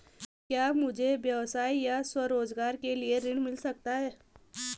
क्या मुझे व्यवसाय या स्वरोज़गार के लिए ऋण मिल सकता है?